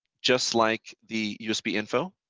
just like the usb info.